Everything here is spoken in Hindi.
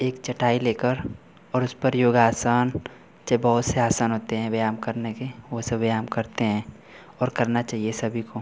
एक चटाई लेकर और उस पर योगा आसान से बहुत से आसन होते हैं व्यायाम करने के वो सब व्यायाम करते हैं और करना चहिए सभी को